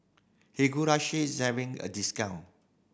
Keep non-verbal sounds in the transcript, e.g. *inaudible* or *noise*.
*unintelligible* is having a discount